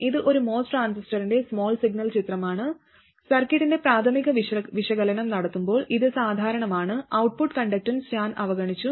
ഇത് ഒരു MOS ട്രാൻസിസ്റ്ററിന്റെ സ്മാൾ സിഗ്നൽ ചിത്രമാണ് സർക്യൂട്ടിന്റെ പ്രാഥമിക വിശകലനം നടത്തുമ്പോൾ ഇത് സാധാരണമാണ് ഔട്ട്പുട്ട് കണ്ടക്ടൻസ് ഞാൻ അവഗണിച്ചു